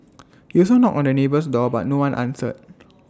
he also knocked on the neighbour's door but no one answered